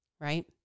right